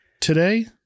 Today